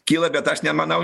kyla bet aš nemanau